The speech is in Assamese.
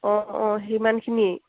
অঁ অঁ সিমানখিনিয়েই